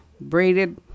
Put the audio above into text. braided